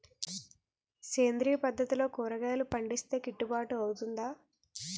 సేంద్రీయ పద్దతిలో కూరగాయలు పండిస్తే కిట్టుబాటు అవుతుందా?